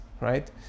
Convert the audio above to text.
right